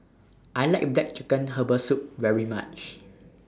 I like Black Chicken Herbal Soup very much